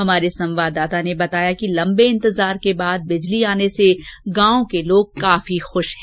हमारे संवाददाता ने बताया कि लम्बे इंतजार के बाद बिजली आने से गांव के लोग काफी खुश हैं